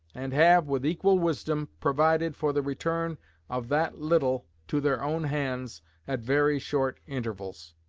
and have, with equal wisdom, provided for the return of that little to their own hands at very short intervals.